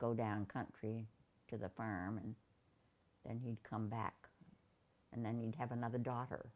go down country to the farm and then he'd come back and then you'd have another daughter